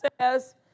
says